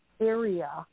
area